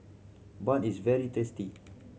bun is very tasty